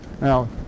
now